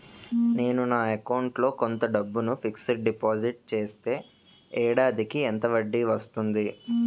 నేను నా అకౌంట్ లో కొంత డబ్బును ఫిక్సడ్ డెపోసిట్ చేస్తే ఏడాదికి ఎంత వడ్డీ వస్తుంది?